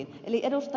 eli ed